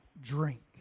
drink